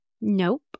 Nope